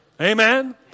Amen